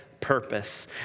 purpose